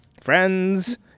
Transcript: friends